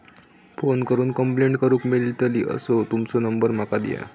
Phone करून complaint करूक मेलतली असो तुमचो नंबर माका दिया?